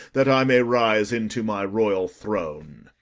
that i may rise into my royal throne.